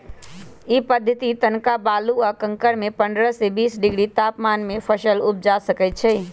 इ पद्धतिसे तनका बालू आ कंकरमें पंडह से बीस डिग्री तापमान में फसल उपजा सकइछि